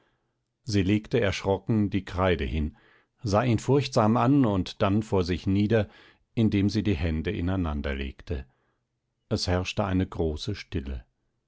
sie legte erschrocken die kreide hin sah ihn furchtsam an und dann vor sich nieder indem sie die hände ineinanderlegte es herrschte eine große stille